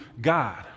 God